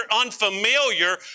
unfamiliar